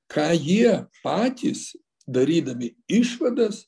ką jie patys darydami išvadas